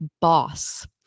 boss